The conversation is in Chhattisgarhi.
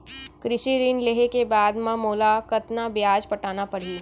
कृषि ऋण लेहे के बाद म मोला कतना ब्याज पटाना पड़ही?